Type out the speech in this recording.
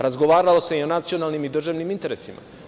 Razgovaralo se i o nacionalnim i državnim interesima.